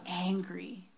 angry